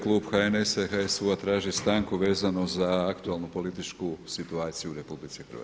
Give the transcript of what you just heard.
Klub HNS-HSU-a traži stanku vezano za aktualnu političku situaciju u RH.